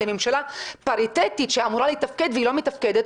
לממשלה פריטטית שאמורה לתפקד והיא לא מתפקדת